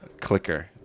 Clicker